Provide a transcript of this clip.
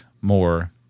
more